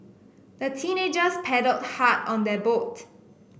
the teenagers paddled hard on their boat